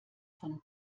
von